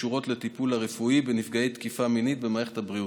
הקשורות לטיפול הרפואי בנפגעי תקיפה מינית במערכת הבריאות.